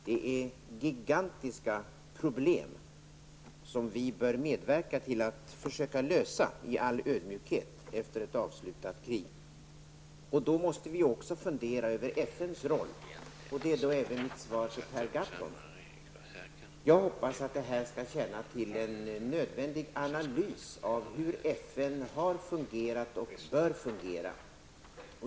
Det är gigantiska problem som vi bör medverka till att försöka lösa i all ödmjukhet efter ett avslutat krig. Då måste vi också fundera över FNs roll. Det är även mitt svar till Per Gahrton. Jag hoppas att detta skall bidra till en nödvändig analys av hur FN har fungerat och bör fungera.